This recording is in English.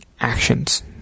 actions